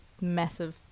massive